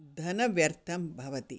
धनव्यर्थं भवति